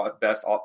best